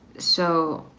so,